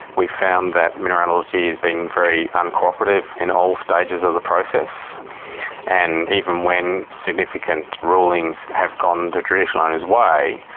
we've found that mineralogy has been very uncooperative in all stages of the process and even when significant rulings have gone the traditional owners' way,